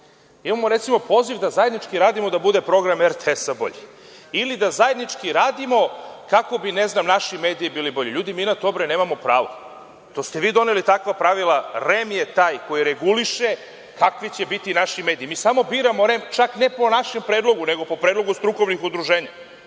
Imamo, recimo, poziv da zajednički radimo da bude program RTS bolji ili da zajednički radimo kako bi ne znam naši mediji bili bolji. Ljudi, mi na to, bre, nemamo pravo. To ste vi doneli takva pravila. REM je taj koji reguliše kakvi će biti naši mediji. Mi samo biramo REM, čak ne po našem predlogu, nego po predlogu strukovnih udruženja.